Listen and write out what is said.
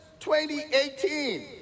2018